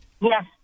Yes